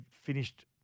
finished